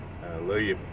Hallelujah